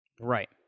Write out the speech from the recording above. Right